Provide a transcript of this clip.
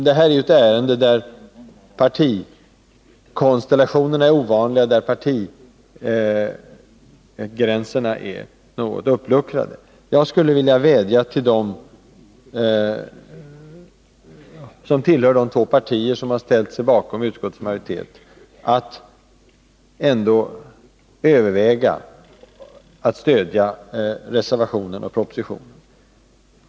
Detta är ett ärende där partikonstellationerna är ovanliga och partigränserna något uppluckrade. Jag vill vädja till de ledamöter som tillhör de två partier som har ställt sig bakom utskottets förslag att ändå överväga att stödja propositionen och reservationen.